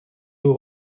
aux